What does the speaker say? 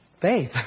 faith